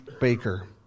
baker